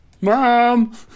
Mom